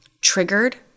triggered